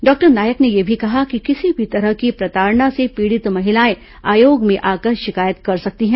doctor Nayak ने यह भी कहा कि किसी भी तरह की प्रताड़ना से पीड़ित महिलाएं आयोग में आकर शिकायत कर सकती हैं